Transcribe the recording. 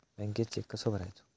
बँकेत चेक कसो भरायचो?